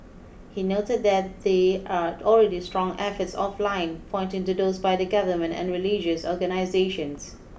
he noted that they are already strong efforts offline pointing to those by the government and religious organisations